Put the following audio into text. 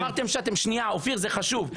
שנייה, אופיר, זה חשוב.